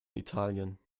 italien